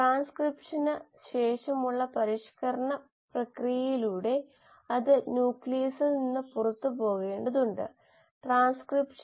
അത്കൊണ്ട് നിങ്ങൾക്ക് സഹായകരമായ ഒരു കോഴ്സ് ആണ് ഇതെന്ന് പ്രതീക്ഷിക്കുന്നു